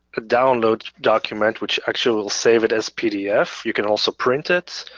ah download document which actually will save it as pdf. you can also print it.